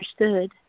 understood